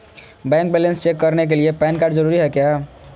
Bank balance check करने के लिए पैन कार्ड जरूरी है क्या?